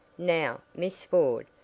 now, miss ford,